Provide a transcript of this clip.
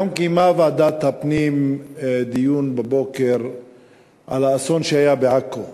היום בבוקר קיימה ועדת הפנים דיון על האסון שהיה בעכו,